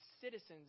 citizens